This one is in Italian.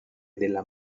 della